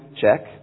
check